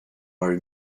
marry